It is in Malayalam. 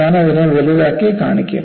ഞാൻ അതിനെ വലുതാക്കി കാണിക്കും